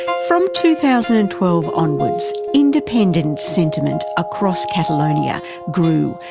from two thousand and twelve onwards, independence sentiment across catalonia grew,